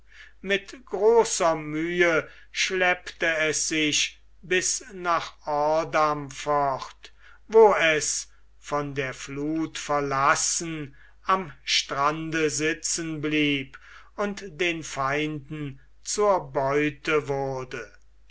mit großer mühe schleppte es sich bis nach ordam fort wo es von der fluth verlassen am strande sitzen blieb und den feinden zur beute wurde